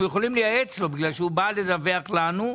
אנחנו יכולים לייעץ לו כשהוא בא לדווח לנו,